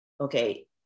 okay